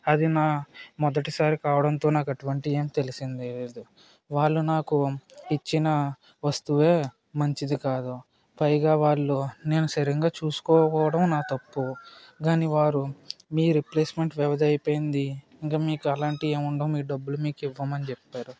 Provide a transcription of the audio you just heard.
అది నా మొదటిసారి కావడంతో నాకంటువంటి ఏమ్ తెలిసింసిందే లేదు వాళ్ళు నాకు ఇచ్చిన వస్తువే మంచిదికాదు పైగా వాళ్ళు నేను సరిగా చూసుకోకపోవటం నా తప్పు దాన్ని వారు మీ రిప్లేస్మెంట్ వ్యవదైపోయింది ఇంకా మీకు అలాంటివి ఏముండవు మీ డబ్బులు మీకివ్వం అని చెప్పారు